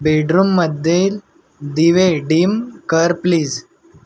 बेडरूममद्धे दिवे डीम कर प्लीज